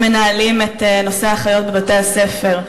שמנהלות את נושא האחיות בבתי-הספר,